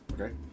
Okay